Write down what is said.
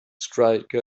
strike